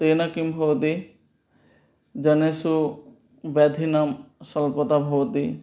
तेन किं भवति जनेषु व्याधीनां स्वल्पता भवति